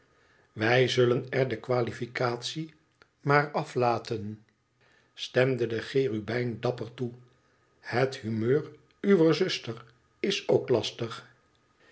wij zullen er de qualificatie maar aflaten stemde de cherubijn dapper toe het humeur uwer zuster is ook lastig